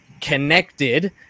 connected